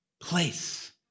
Place